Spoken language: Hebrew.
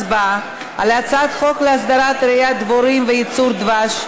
הצעת חוק להסדרת רעיית דבורים וייצור דבש,